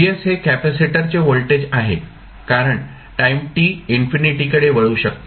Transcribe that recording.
Vs हे कॅपेसिटरचे voltage आहे कारण टाईम t इन्फिनिटीकडे वळू शकतो